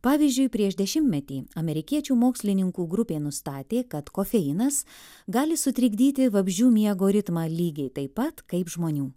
pavyzdžiui prieš dešimtmetį amerikiečių mokslininkų grupė nustatė kad kofeinas gali sutrikdyti vabzdžių miego ritmą lygiai taip pat kaip žmonių